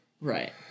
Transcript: Right